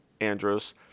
Andros